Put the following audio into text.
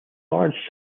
large